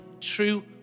true